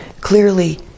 clearly